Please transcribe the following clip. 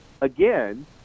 again